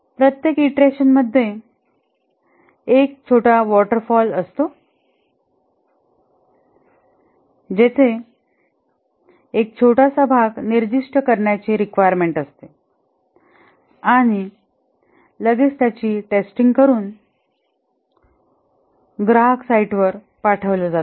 प्रत्येक ईंटरेशनमध्ये एक छोटा वॉटर फॉल असतो जेथे एक छोटासा भाग निर्दिष्ट करण्याची रिक्वायरमेंट्स असते आणि लगेच त्याची टेस्टिंग करून ग्राहक साइटवर पाठवला जातो